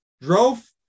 drove